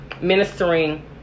ministering